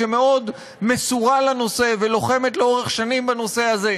שמאוד מסורה לנושא ולוחמת לאורך שנים בנושא הזה.